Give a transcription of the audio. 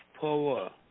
power